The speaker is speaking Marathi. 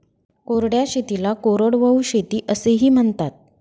कोरड्या शेतीला कोरडवाहू शेती असेही म्हणतात